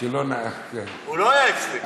הוא לא היה אצלי.